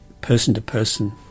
person-to-person